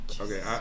Okay